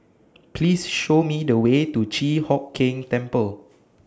Please Show Me The Way to Chi Hock Keng Temple